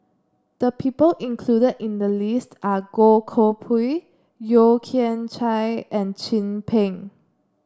the people included in the list are Goh Koh Pui Yeo Kian Chye and Chin Peng